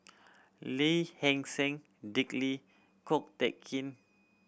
Lee Hee Seng Dick Lee Ko Teck Kin